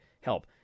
help